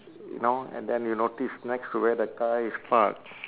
you know and then you notice next to where the car is parked